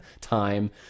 time